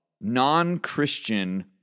non-Christian